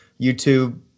YouTube